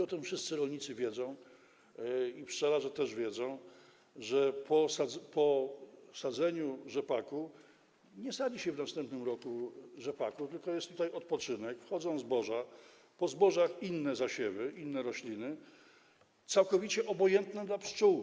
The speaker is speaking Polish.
O tym wszyscy rolnicy wiedzą i pszczelarze też wiedzą, że po wsadzeniu rzepaku nie sadzi się w następnym roku rzepaku, tylko jest odpoczynek, wchodzą zboża, po zbożach inne zasiewy, inne rośliny całkowicie obojętne dla pszczół.